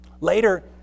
Later